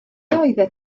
oeddet